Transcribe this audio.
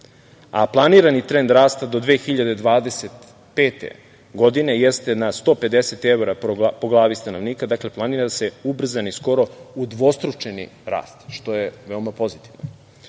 a planirani trend rasta do 2025. godine jeste 150 evra po glavi stanovnika. Dakle, planira se ubrzani, skoro udvostručeni rast, što je veoma pozitivno. Govoreći